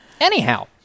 Anyhow